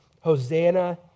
Hosanna